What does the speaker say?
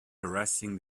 harassing